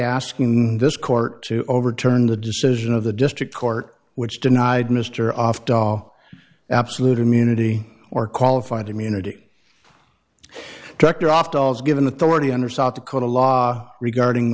asking this court to overturn the decision of the district court which denied mr oft all absolute immunity or qualified immunity director after all is given authority under south dakota law regarding